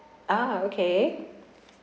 ah okay